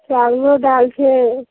चाबलो दाल छै